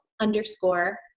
underscore